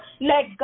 let